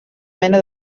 mena